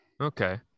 Okay